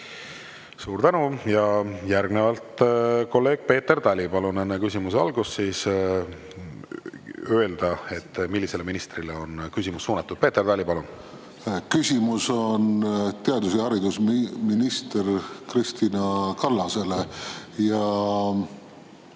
Suur tänu! Järgnevalt kolleeg Peeter Tali. Palun enne küsimuse algust öelda, millisele ministrile on küsimus suunatud. Peeter Tali, palun! Küsimus on haridus- ja teadusminister Kristina Kallasele